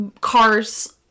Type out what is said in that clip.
Cars